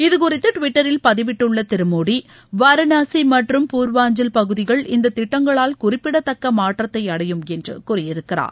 இதுகுறித்து டிவிட்டரில் பதிவிட்டுள்ள திரு மோடி வாரணாசி மற்றும் பூர்வாஞ்சல் பகுதிகள் இந்த திட்டங்களால் குறிப்பிடத்தக்க மாற்றத்தை அடையும் என்று கூறியிருக்கிறார்